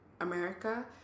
America